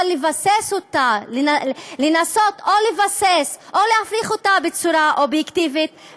אבל לנסות לבסס או להפריך אותה בצורה אובייקטיבית,